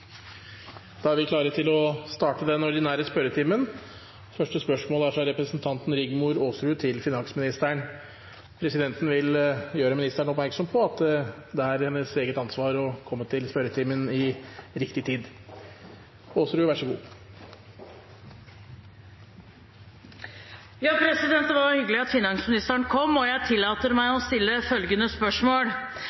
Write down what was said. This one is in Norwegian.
da at vi venter lite grann, til hun er på plass. Da er vi klare til å starte den ordinære spørretimen. Presidenten vil gjøre ministeren oppmerksom på at det er hennes eget ansvar å komme til spørretimen i riktig tid. Det var hyggelig at finansministeren kom. Jeg tillater meg